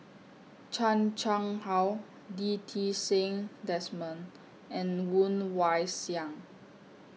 Chan Chang How Lee Ti Seng Desmond and Woon Wah Siang